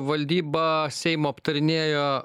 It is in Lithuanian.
valdyba seimo aptarinėjo